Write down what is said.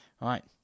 Right